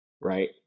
right